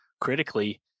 critically